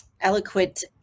eloquent